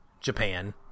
Japan